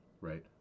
right